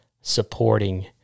supporting